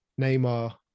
Neymar